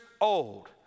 old